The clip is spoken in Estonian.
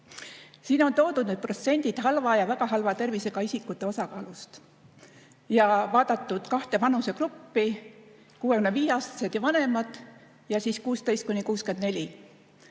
Siin on toodud need protsendid halva ja väga halva tervisega isikute osakaalust ja vaadatud on kahte vanusegruppi: 65-aastased ja vanemad ning